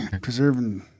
preserving